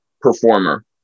Performer